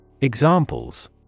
Examples